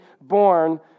born